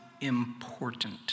important